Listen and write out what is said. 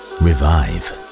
revive